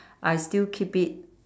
I still keep it